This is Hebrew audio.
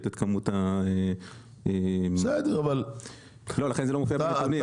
את כמות -- לא לכן זה לא מופיע בנתונים,